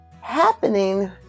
happening